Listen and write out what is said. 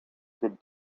could